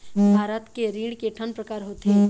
भारत के ऋण के ठन प्रकार होथे?